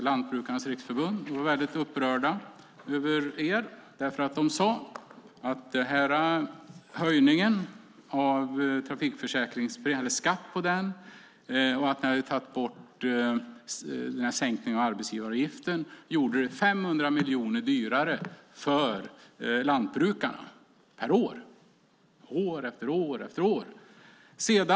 Lantbrukarnas Riksförbund, LRF, var upprört över detta. Man sade att skatten på trafikförsäkringen tillsammans med sänkningen av arbetsgivaravgiften gjorde det 500 miljoner dyrare för lantbrukarna årligen.